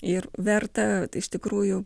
ir verta iš tikrųjų